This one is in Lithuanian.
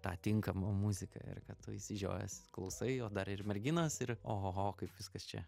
tą tinkamą muziką ir kad tu išsižiojęs klausai jo dar ir merginos ir ohoho kaip viskas čia